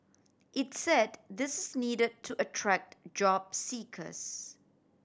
it said this is need to attract job seekers